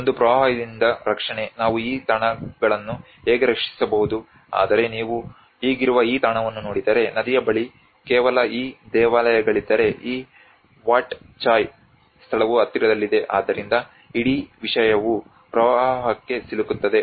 ಒಂದು ಪ್ರವಾಹದಿಂದ ರಕ್ಷಣೆ ನಾವು ಈ ತಾಣಗಳನ್ನು ಹೇಗೆ ರಕ್ಷಿಸಬಹುದು ಆದರೆ ನೀವು ಈಗಿರುವ ಈ ತಾಣವನ್ನು ನೋಡಿದರೆ ನದಿಯ ಬಳಿ ಕೇವಲ ಈ ದೇವಾಲಯಗಳಿದ್ದರೆ ಈ ವಾಟ್ ಚಾಯ್ ಸ್ಥಳವು ಹತ್ತಿರದಲ್ಲಿದೆ ಆದ್ದರಿಂದ ಇಡೀ ವಿಷಯವು ಪ್ರವಾಹಕ್ಕೆ ಸಿಲುಕುತ್ತದೆ